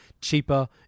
cheaper